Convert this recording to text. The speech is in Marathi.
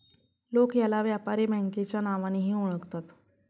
लोक याला व्यापारी बँकेच्या नावानेही ओळखतात